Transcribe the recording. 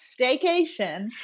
staycation